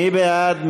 מי בעד?